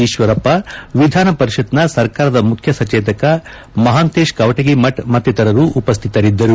ಈಶ್ವರಪ್ಪ ವಿಧಾನ ಪರಿಷತ್ತಿನ ಸರ್ಕಾರದ ಮುಖ್ಯ ಸಚೇತಕರಾದ ಮಹಾಂತೇಶ್ ಕವಟಗಿಮಠ ಮತ್ತಿತರರು ಉಪಸ್ಸಿತರಿದ್ದರು